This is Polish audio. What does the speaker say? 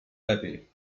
lepiej